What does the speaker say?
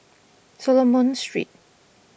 Solomon Street